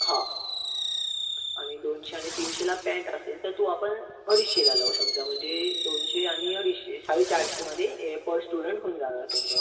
हा आणि दोनशे आणि तीनशेला पँट असेल तर तो आपण अडीचशेला लावू समजा म्हणजे दोनशे आणि अडीचशे साडे चारशेमध्ये पर स्टुडंट होऊन जाणार तुमचं